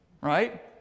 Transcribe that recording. right